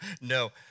No